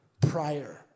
prior